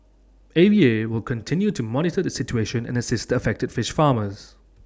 A V A will continue to monitor the situation and assist the affected fish farmers